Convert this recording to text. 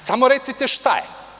Samo recite šta je.